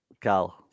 Cal